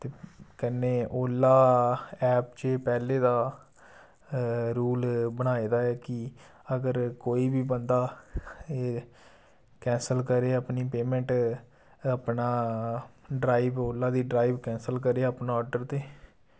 ते कन्नै ओला एप्प च एह् पैह्ले दा रूल बनाए दा ऐ कि अगर कोई बी बंदा एह् कैंसल करे अपनी पेमैंट अपना ड्राइव ओला दी ड्राइव कैंसल करे अपना आर्डर ते